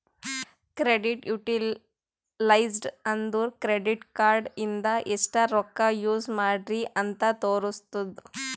credit utilized ಅಂದುರ್ credit card ಇಂದ ಎಸ್ಟ್ ರೊಕ್ಕಾ ಯೂಸ್ ಮಾಡ್ರಿ ಅಂತ್ ತೋರುಸ್ತುದ್